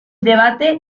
debate